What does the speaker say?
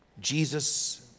Jesus